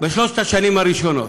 בשלוש השנים הראשונות.